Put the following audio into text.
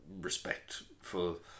respectful